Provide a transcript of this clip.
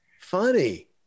Funny